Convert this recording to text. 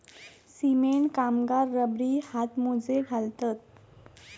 cement कामगार रबरी हातमोजे घालतत